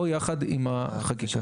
או יחד עם החקיקה.